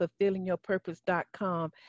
fulfillingyourpurpose.com